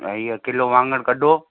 ऐं इहे किलो वाङण कढो